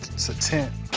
it's a tent.